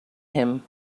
him